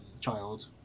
child